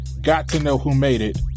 got-to-know-who-made-it